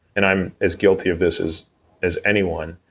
and i'm as guilty of this as as anyone,